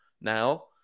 now